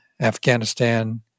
Afghanistan